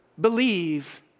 believe